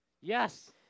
Yes